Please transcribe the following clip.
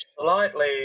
slightly